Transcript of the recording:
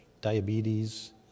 diabetes